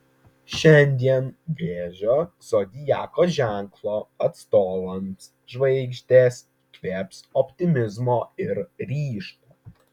šiandien vėžio zodiako ženklo atstovams žvaigždės įkvėps optimizmo ir ryžto